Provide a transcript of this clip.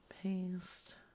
Paste